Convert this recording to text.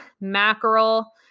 mackerel